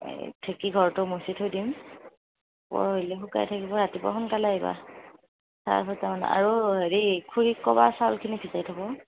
এই ঢেঁকীঘৰটো মচি থৈ দিম পৰহিলে শুকাই থাকিব ৰাতিপুৱা সোনকালে আহিবা চাৰে ছয়টামানত আৰু হেৰি খুৰীক ক'বা চাউলখিনি ভিজাই থব